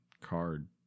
card